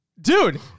dude